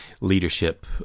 leadership